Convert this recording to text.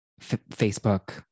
Facebook